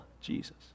Jesus